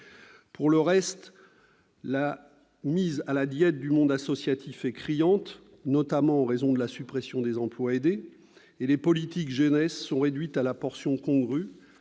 Pour le reste, la mise à la diète du monde associatif est criante, notamment en raison de la suppression des emplois aidés, et les politiques en direction de la jeunesse sont réduites à la portion congrue,